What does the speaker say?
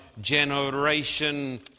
generation